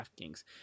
DraftKings